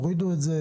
הורידו את זה,